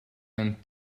and